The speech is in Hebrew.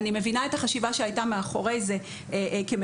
אני מבינה את החשיבה שהייתה מאחורי זה כמציעים,